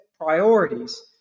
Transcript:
priorities